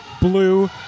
Blue